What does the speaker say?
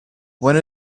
one